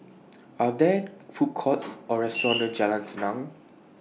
Are There Food Courts Or restaurants near Jalan Senang